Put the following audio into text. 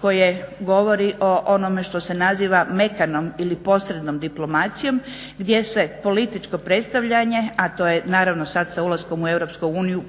koje govori o onome što se naziva mekanom ili posrednom diplomacijom gdje se političko predstavljanje, a to je naravno sad sa ulaskom u EU